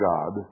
God